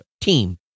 team